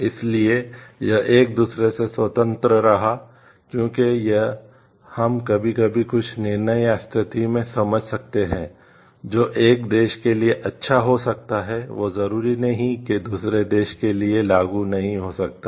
इसलिए यह एक दूसरे से स्वतंत्र रहा क्योंकि यह हम कभी कभी कुछ निर्णय या स्थिति भी समझ सकते हैं जो एक देश के लिए अच्छा हो सकता है वह जरुरी नहीं के दूसरे देश के लिए लागू नहीं हो सकता है